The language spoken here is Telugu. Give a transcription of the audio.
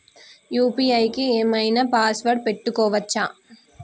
యూ.పీ.ఐ కి ఏం ఐనా పాస్వర్డ్ పెట్టుకోవచ్చా?